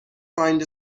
find